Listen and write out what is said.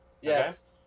Yes